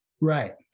Right